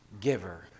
giver